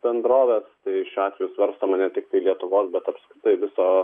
bendrovės tai šiuo atveju svarstoma ne tiktai lietuvos bet apskritai viso